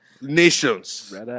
nations